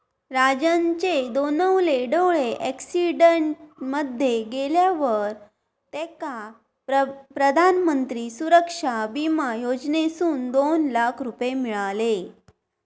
राजनचे दोनवले डोळे अॅक्सिडेंट मध्ये गेल्यावर तेका प्रधानमंत्री सुरक्षा बिमा योजनेसून दोन लाख रुपये मिळाले